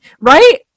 right